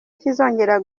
kizongera